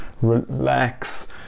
relax